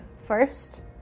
first